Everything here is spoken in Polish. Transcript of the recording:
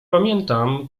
pamiętam